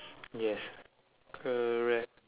yes correct